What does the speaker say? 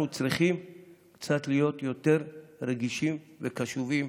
צריכים להיות קצת יותר רגישים וקשובים